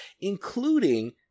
including